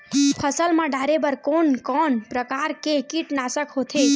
फसल मा डारेबर कोन कौन प्रकार के कीटनाशक होथे?